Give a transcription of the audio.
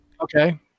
Okay